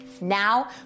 now